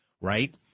right